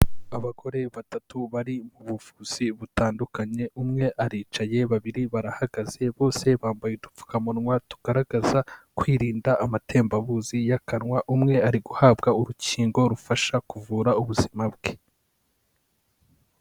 Abagore batatu bari mu buvuzi butandukanye, umwe aricaye babiri barahagaze, bose bambaye udupfukamunwa tugaragaza kwirinda amatembabuzi y'akanwa, umwe ari guhabwa urukingo rufasha kuvura ubuzima bwe.